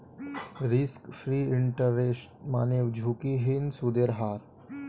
risk free interest মানে ঝুঁকিহীন সুদের হার